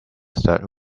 third